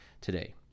today